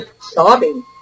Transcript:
sobbing